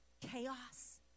chaos